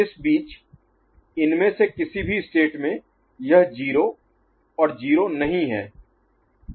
इस बीच इनमें से किसी भी स्टेट में यह 0 और 0 नहीं है